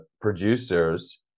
producers